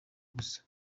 gusa